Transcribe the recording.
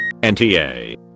NTA